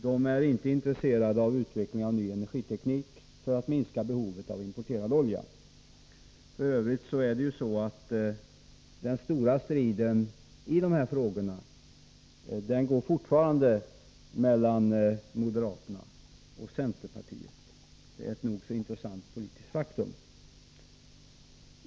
De är inte intresserade av utveckling av ny energiteknik för att minska behovet av importerad olja. F. ö. går den stora skiljelinjen i dessa frågor fortfarande mellan moderaterna och centerpartiet — ett nog så intressant politiskt faktum.